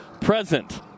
present